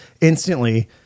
instantly